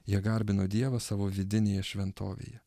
jie garbino dievą savo vidinėje šventovėje